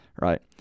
Right